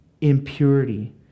impurity